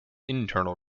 internal